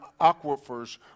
aquifers